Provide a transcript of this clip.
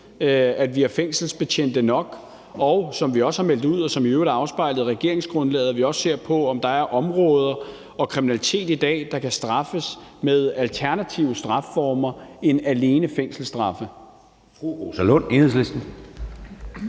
at vi har fængselsbetjente nok, og som vi også har meldt ud, og som i øvrigt er afspejlet i regeringsgrundlaget, at vi også ser på, om der er områder og kriminalitet i dag, der kan straffes med alternative strafformer end alene fængselsstraffe.